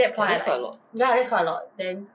that's quite a lot